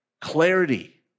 clarity